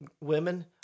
women